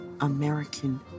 American